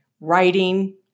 writing